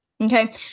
Okay